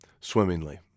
swimmingly